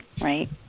right